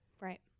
Right